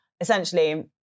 essentially